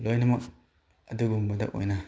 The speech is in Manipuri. ꯂꯣꯏꯅꯃꯛ ꯑꯗꯨꯒꯨꯝꯕꯗ ꯑꯣꯏꯅ